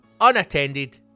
unattended